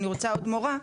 אני רוצה עוד מורה,